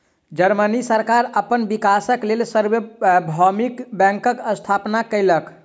Germany सरकार अपन विकासक लेल सार्वभौमिक बैंकक स्थापना केलक